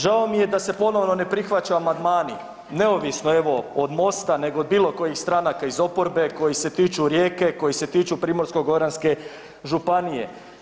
Žao mi je da se ponovno ne prihvaća amandmani, neovisno evo od MOST-a nego od bilo kojih stranaka iz oporbe koji se tiču Rijeke, koji se tiču Primorsko-goranske županije.